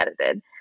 edited